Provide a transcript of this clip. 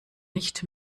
nicht